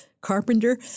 carpenter